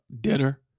dinner